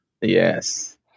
Yes